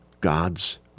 God's